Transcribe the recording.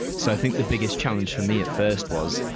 so, i think the biggest challenge for me, at first was,